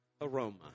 aroma